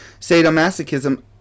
Sadomasochism